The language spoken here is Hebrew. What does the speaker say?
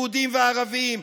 יהודים וערבים,